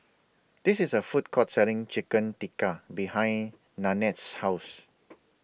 This IS A Food Court Selling Chicken Tikka behind Nanette's House